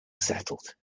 settled